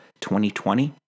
2020